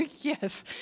yes